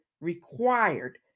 required